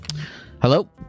Hello